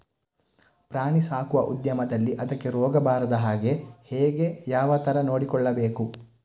ಪ್ರಾಣಿ ಸಾಕುವ ಉದ್ಯಮದಲ್ಲಿ ಅದಕ್ಕೆ ರೋಗ ಬಾರದ ಹಾಗೆ ಹೇಗೆ ಯಾವ ತರ ನೋಡಿಕೊಳ್ಳಬೇಕು?